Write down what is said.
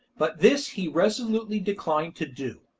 but this he resolutely declined to do.